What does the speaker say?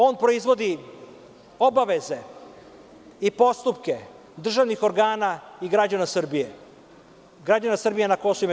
On proizvodi obaveze i postupke državnih organa i građana Srbije, građana Srbije na KiM.